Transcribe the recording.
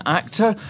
actor